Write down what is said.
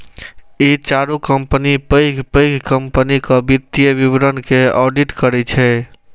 ई चारू कंपनी पैघ पैघ कंपनीक वित्तीय विवरण के ऑडिट करै छै